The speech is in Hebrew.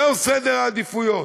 זהו סדר העדיפויות,